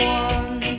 one